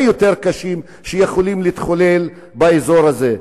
יותר קשים שיכולים להתחולל באזור הזה.